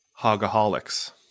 Hogaholics